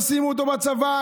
תשימו אותו בצבא,